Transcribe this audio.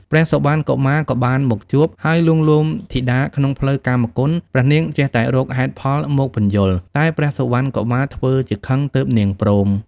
ព្រះសុវណ្ណកុមារក៏បានមកជួប ហើយលួងលោមធីតាក្នុងផ្លូវកាមគុណ ព្រះនាងចេះតែរកហេតុផលមកពន្យល់ តែព្រះសុវណ្ណកុមារធ្វើជាខឹងទើបនាងព្រម។